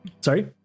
Sorry